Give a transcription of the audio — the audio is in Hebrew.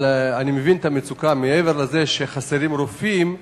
אני מבין את המצוקה, אבל מעבר לזה שחסרים רופאים,